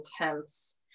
intense